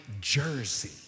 jersey